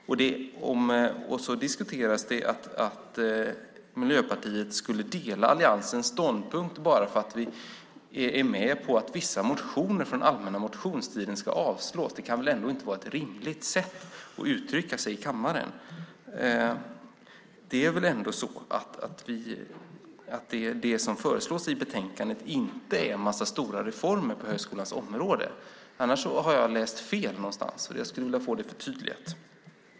Det diskuteras om att Miljöpartiet delar alliansens ståndpunkt bara därför att vi är med på att vissa motioner från den allmänna motionstiden ska avslås. Det kan väl ändå inte vara ett rimligt sätt att uttrycka sig här i kammaren, och det som föreslås i betänkandet är väl inte en massa stora reformer på högskolans område, eller hur? Annars har jag läst fel någonstans. Där skulle jag vilja få ett förtydligande.